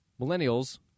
Millennials